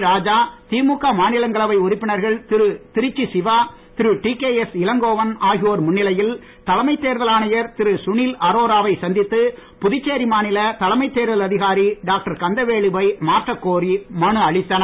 ராஜா திமுக மாநிலங்களவை உறுப்பினர்கள் திரு திருச்சி சிவா திரு டிகேஎஸ் இளங்கோவன் ஆகியோர் முன்னிலையில் தலைமை தேர்தல் ஆணையர் திரு சுனில் அரோராவை சந்தித்து புதுச்சேரி மாநில தலைமை தேர்தல் அதிகாரி டாக்டர் கந்தவேலுவை மாற்றக்கோரி மனு அளித்தனர்